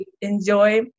enjoy